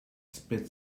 spit